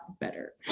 better